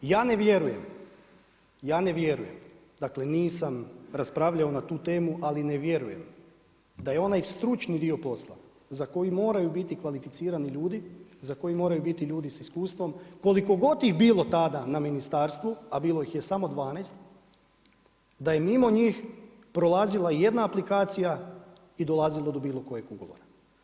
Ja ne vjerujem, dakle nisam raspravljao na tu temu, ali ne vjerujem da je onaj stručni dio posla za koji moraju biti kvalificirani ljudi, za koji moraju biti ljudi sa iskustvom, koliko god ih bilo tada na ministarstvu, a bilo ih je samo 12, da je mimo njih prolazila jedna aplikacija i dolazilo do bilo kojeg ugovora.